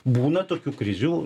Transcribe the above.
būna tokių krizių